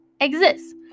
exists